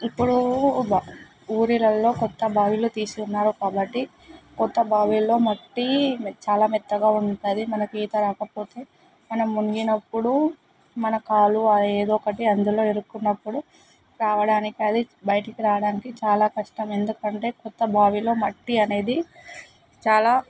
ఇప్పుడూ బా ఊరిలల్లో కొత్త బావిలు తీస్తున్నారు కాబట్టి కొత్త బావిల్లో మట్టీ చాలా మెత్తగా ఉంటుంది మనకి ఈత రాకపోతే మనం మునిగినప్పుడు మన కాలు వ ఏదో ఒకటి అందులో ఇరుక్కున్నప్పుడు రావడానికి అది బయటికి రావడానికి చాలా కష్టం ఎందుకంటే కొత్త బావిలో మట్టి అనేది చాలా